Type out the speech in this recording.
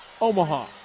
Omaha